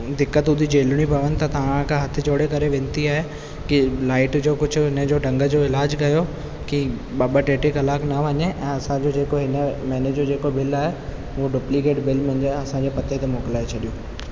दिक़तू थी झेलिणियूं थी पवनि त तव्हां खां हथ जोड़े वेनिती आहे की लाइट जो कुझु हिन जो ढंग जो इलाज कयो कि ॿ ॿ टे टे कलाक न वञे ऐं असांजो जेको हिन महीने जो जेको बिल आहे उहो डुपलीकेट बिल मुंहिंजा असांजे पते ते मोकिलाए छॾियो